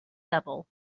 devil